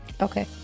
Okay